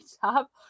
top